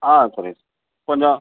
ஆ சரிங்க சார் கொஞ்சம்